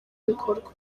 bikorwa